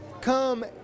Come